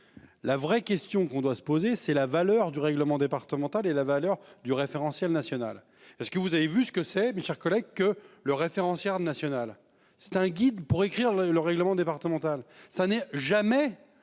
La vraie question qu'on doit se poser, c'est la valeur du règlement départemental et la valeur du référentiel national. Est-ce que vous avez vu ce que c'est. Mes chers collègues, que le référent national. C'est un guide pour écrire le le règlement départemental. Ça n'est jamais